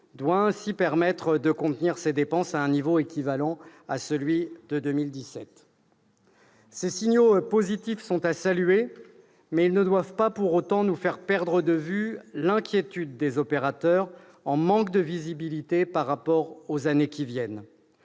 -doit ainsi permettre de contenir ces dépenses à un niveau équivalent à celui de 2017. Ces signaux positifs sont à saluer, mais ils ne doivent pas pour autant nous faire perdre de vue l'inquiétude des opérateurs, en manque de visibilité par rapport aux années qui viennent.